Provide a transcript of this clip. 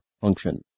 function